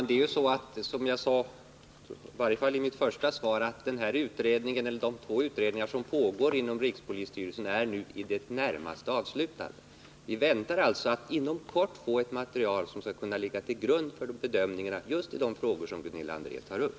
Herr talman! Som jag sade i mitt första svar så är de två utredningar som pågår inom rikspolisstyrelsen nu i det närmaste avslutade. Vi väntar alltså att inom kort få ett material som skall kunna ligga till grund för bedömningar i just de frågor som Gunilla André tar upp.